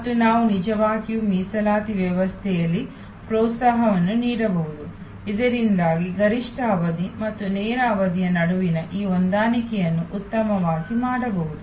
ಮತ್ತು ನಾವು ನಿಜವಾಗಿಯೂ ಮೀಸಲಾತಿ ವ್ಯವಸ್ಥೆಯಲ್ಲಿ ಪ್ರೋತ್ಸಾಹವನ್ನು ನೀಡಬಹುದು ಇದರಿಂದಾಗಿ ಗರಿಷ್ಠ ಅವಧಿ ಮತ್ತು ನೇರ ಅವಧಿಯ ನಡುವಿನ ಈ ಹೊಂದಾಣಿಕೆಯನ್ನು ಉತ್ತಮವಾಗಿ ಮಾಡಬಹುದು